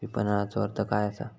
विपणनचो अर्थ काय असा?